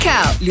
out